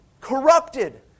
corrupted